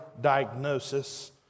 Diagnosis